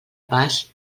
pas